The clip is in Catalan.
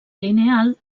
lineal